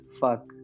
fuck